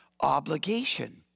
obligation